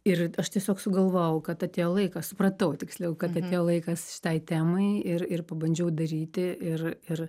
ir aš tiesiog sugalvojau kad atėjo laikas supratau tiksliau kad atėjo laikas šitai temai ir ir pabandžiau daryti ir ir